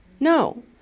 No